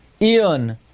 Ion